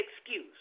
excuse